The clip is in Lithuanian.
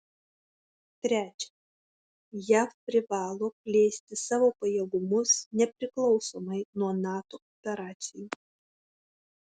trečia jav privalo plėsti savo pajėgumus nepriklausomai nuo nato operacijų